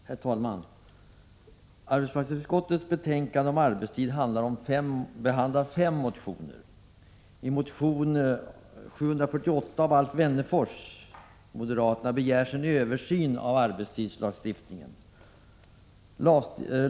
Herr talman! Arbetsmarknadsutskottets betänkande om arbetstid behandlar fem motioner. I motion 1985/86:A748 av Alf Wennerfors m.fl. begärs en översyn av arbetstidslagstiftningen.